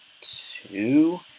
two